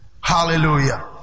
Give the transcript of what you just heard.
Hallelujah